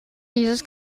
dieses